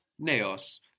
Neos